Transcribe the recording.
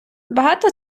багато